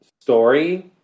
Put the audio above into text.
story